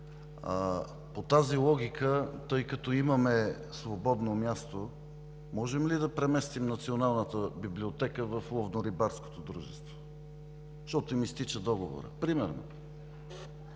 По тази логика, тъй като имаме свободно място, можем ли да преместим Националната библиотека в Ловно-рибарското дружество? Защото им изтича договорът примерно?!